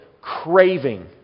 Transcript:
craving